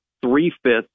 three-fifths